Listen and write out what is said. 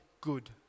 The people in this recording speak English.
good